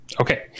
Okay